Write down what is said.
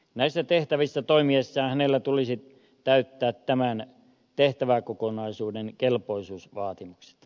näissä tehtävissä toimiessaan hänen tulisi täyttää tämän tehtäväkokonaisuuden kelpoisuusvaatimukset